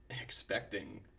expecting